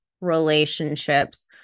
relationships